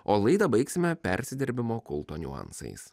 o laidą baigsime persidirbimo kulto niuansais